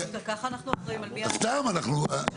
עזבתי.